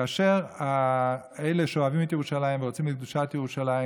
כאשר אלה שאוהבים את ירושלים ורוצים את קדושת ירושלים,